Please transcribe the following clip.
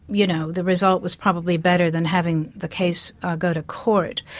you know the result was probably better than having the case go to court.